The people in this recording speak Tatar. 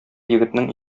егетнең